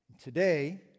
Today